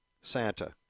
Santa